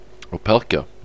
Opelka